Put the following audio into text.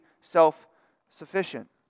self-sufficient